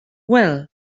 well